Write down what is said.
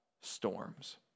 storms